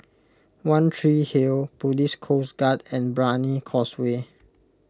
one Tree Hill Police Coast Guard and Brani Causeway